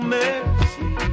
mercy